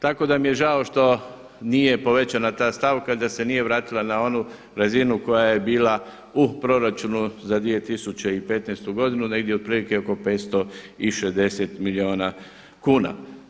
Tako da mi je žao što nije povećana ta stavka da se nije vratila na onu razinu koja je bila u proračunu za 2015. godinu negdje otprilike oko 560 milijuna kuna.